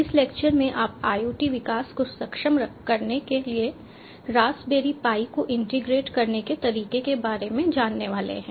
इस लेक्चर में आप IoT विकास को सक्षम करने के लिए रास्पबेरी पाई को इंटीग्रेट करने के तरीके के बारे में जानने वाले हैं